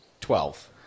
Twelve